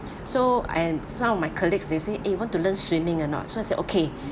so and some my colleagues they say eh want to learn swimming or not so I say okay